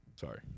sorry